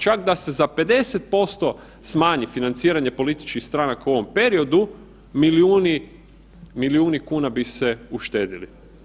Čak da se za 50% smanji financiranje političkih stranaka u ovom periodu, milijuni, milijuni kuna bi se uštedili.